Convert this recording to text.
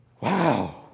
Wow